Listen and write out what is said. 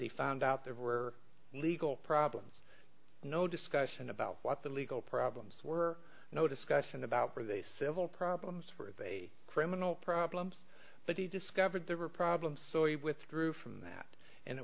he found out there were legal problems no discussion about what the legal problems were no discussion about a civil problems for of a criminal problems but he discovered there were problems so he withdrew from that and it